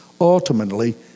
ultimately